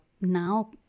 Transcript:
now